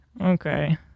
Okay